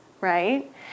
right